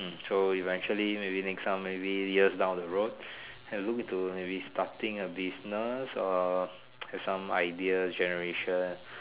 hmm so eventually maybe next time maybe years down the road I look to maybe starting a business or have some ideas generation